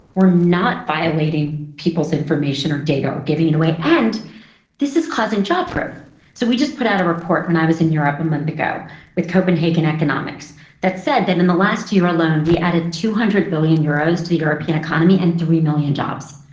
we're not violating people's information or data or giving it away, and this is causing job growth. so we just put out a report when i was in europe a month ago with copenhagen economics that said that, in the last year alone, we added two hundred billion euros to the european economy and three million jobs.